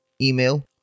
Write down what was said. email